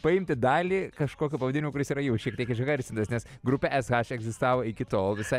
paimti dalį kažkokio pavadinimo kuris yra jau šiek tiek išgarsintas nes grupė es haš egzistavo iki tol visai